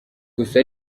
gusa